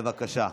בבקשה.